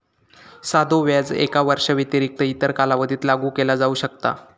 साधो व्याज एका वर्षाव्यतिरिक्त इतर कालावधीत लागू केला जाऊ शकता